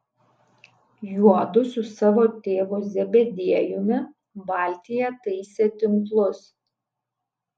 juodu su savo tėvu zebediejumi valtyje taisė tinklus